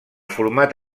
format